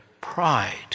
pride